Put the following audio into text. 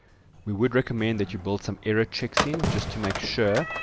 we would recommend that you build some error checks in just to make sure,